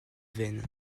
veine